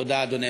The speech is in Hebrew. תודה, אדוני.